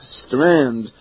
strand